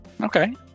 Okay